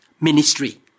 ministry